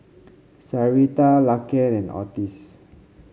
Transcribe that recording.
Sarita Laken and Ottis